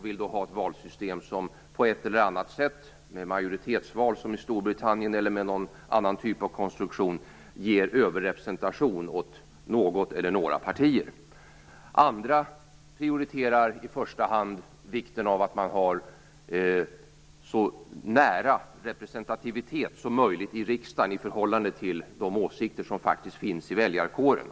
Med hjälp av majoritetsval - som i Storbritannien - eller någon annan typ av konstruktion ges överrepresentation åt något eller några partier. Andra prioriterar i första hand vikten av att ha så nära representativitet som möjligt i riksdagen i förhållande till de åsikter som faktiskt finns i väljarkåren.